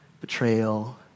betrayal